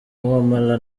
wamala